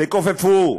תכופפו,